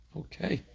okay